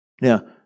Now